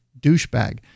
douchebag